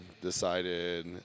decided